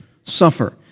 suffer